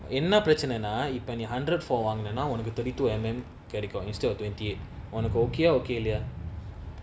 என்ன பெரச்சனனா இப்ப நீ:enna perachananaa ippa nee hundred four வாங்குனனா ஒனக்கு:vaangunanaa onaku thirty two M_M கெடைக்கும்:kedaikum instead of twenty eight ஒனக்கு:onaku okay ah okay இல்லயா:illayaa